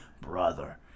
brother